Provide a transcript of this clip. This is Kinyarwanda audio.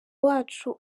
wacu